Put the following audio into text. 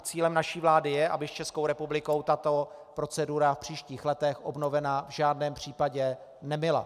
Cílem naší vlády je, aby s Českou republikou tato procedura v příštích letech obnovena v žádném případě nebyla.